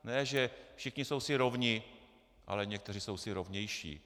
Ne že všichni jsou si rovni, ale někteří jsou si rovnější.